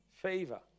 Favor